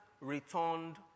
returned